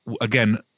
again